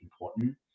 important